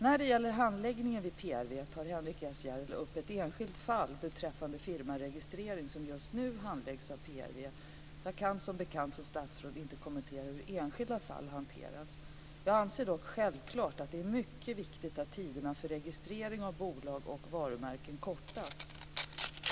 När det gäller handläggningen vid PRV tar Henrik S Järrel upp ett enskilt fall beträffande firmaregistrering som just nu handläggs av PRV. Jag kan som bekant som statsråd inte kommentera hur enskilda fall hanteras. Jag anser dock självklart att det är mycket viktigt att tiderna för registrering av bolag och varumärken kortas.